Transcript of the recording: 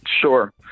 Sure